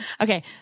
okay